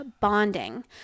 bonding